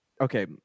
okay